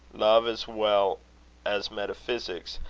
love, as well as metaphysics,